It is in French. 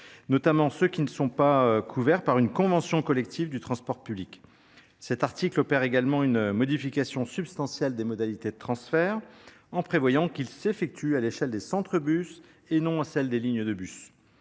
notamment ceux qui ne sont pas couverts par une convention collective du transport public. Cet article opère également une modification substantielle des modalités du transfert : celui ci s’effectuera à l’échelle des centres bus et non à celle des lignes de bus.